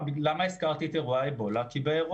למה הזכרתי את אירוע האבולה?